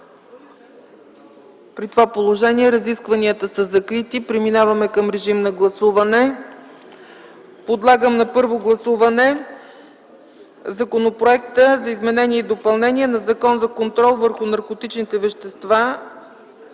При това положение разискванията са закрити. Преминаваме към гласуване. Подлагам на първо гласуване Законопроекта за изменение и допълнение на Закона за контрол върху наркотичните вещества